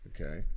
Okay